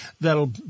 that'll